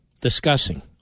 discussing